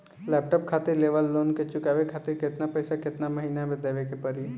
Laptop खातिर लेवल loan के चुकावे खातिर केतना पैसा केतना महिना मे देवे के पड़ी?